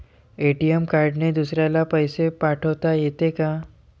ATM कार्डने दुसऱ्याले पैसे पाठोता येते का?